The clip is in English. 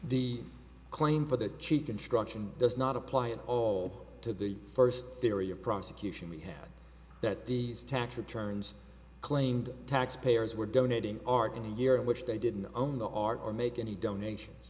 the claim for the cheap instruction does not apply at all to the first theory of prosecution we had that these tax returns claimed taxpayers were donating art in a year in which they didn't own the art or make any donations